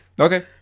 Okay